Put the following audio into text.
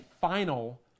final